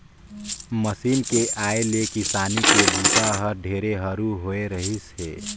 machine के आए ले किसानी के बूता हर ढेरे हरू होवे रहीस हे